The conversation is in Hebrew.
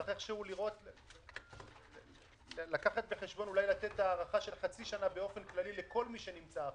צריך אולי לתת הארכה של חצי שנה באופן כללי לכל מי שנמצא עכשיו,